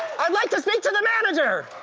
i'd like to speak to the manager!